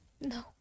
No